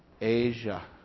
Asia